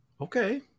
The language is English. okay